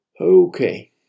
Okay